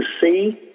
See